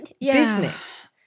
business